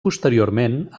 posteriorment